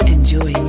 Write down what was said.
Enjoy